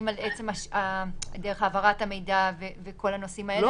על דרך העברת המידע וכל הנושאים האלה,